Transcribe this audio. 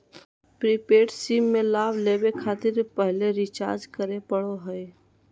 prepaid sim में लाभ लेबे खातिर पहले रिचार्ज करे पड़ो हइ